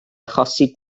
achosi